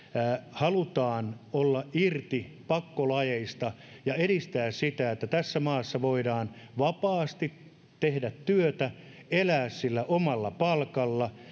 halutaan olla irti pakkolaeista ja edistää sitä että tässä maassa voidaan vapaasti tehdä työtä elää omalla palkalla